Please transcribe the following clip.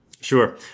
Sure